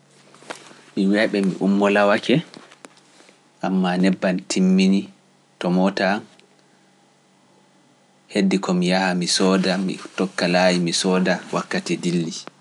Ɓe ummo laawake, ammaa nebbam timmini, tomotan heddi ko mi yaha mi soda, mi tokka layi mi soda wakkati dilli.